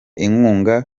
inkunga